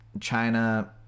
China